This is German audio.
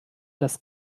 dass